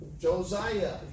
Josiah